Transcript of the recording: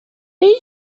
این